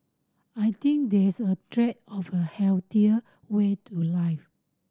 I think there's a trend of a healthier way to life